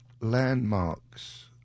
landmarks